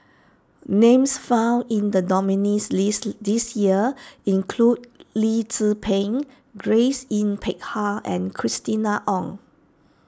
names found in the nominees' list this year include Lee Tzu Pheng Grace Yin Peck Ha and Christina Ong